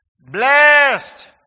Blessed